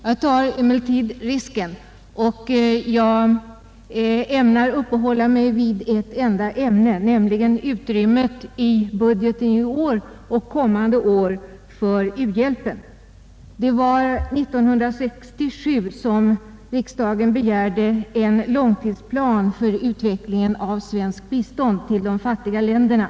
Jag tar emellertid risken, och jag ämnar uppehålla mig vid ett enda ämne, nämligen utrymmet i budgeten i år och kommande år för u-hjälpen. 1967 begärde riksdagen en långtidsplan för utvecklingen av svenskt bistånd till de fattiga länderna.